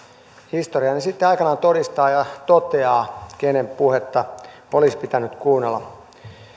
historia sitten aikanaan todistaa ja toteaa kenen puhetta olisi pitänyt kuunnella